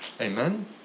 Amen